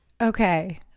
Okay